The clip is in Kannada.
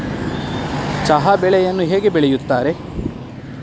ಚಹಾ ಬೆಳೆಯನ್ನು ಹೇಗೆ ಬೆಳೆಯುತ್ತಾರೆ?